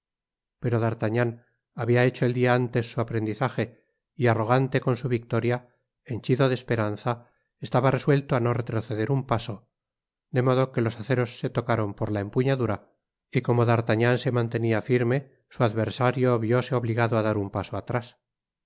pero d'artagnan habia hecho el dia antes su aprendizaje y arrogante con su victoria henchido de esperanza estaba resuelto á no retroceder un paso de modo que los aceros se locaron por la empuñadura y como dartagnan se mantenía firme su adversario vióse obligado á dar un paso atrás